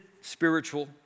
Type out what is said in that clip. spiritual